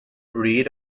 read